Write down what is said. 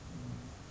uh